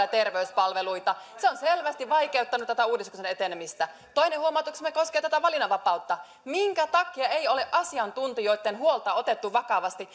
ja terveyspalveluita se on selvästi vaikeuttanut uudistuksen etenemistä toinen huomautuksemme koskee valinnanvapautta minkä takia ei ole asiantuntijoitten huolta otettu vakavasti